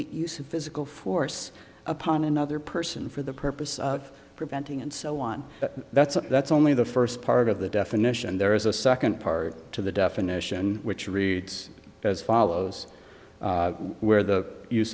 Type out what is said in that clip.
immediate use of physical force upon another person for the purpose of preventing and so on that's a that's only the first part of the definition there is a second part to the definition which reads as follows where the use